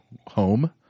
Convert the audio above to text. home